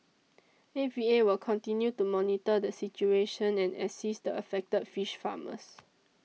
A V A will continue to monitor the situation and assist the affected fish farmers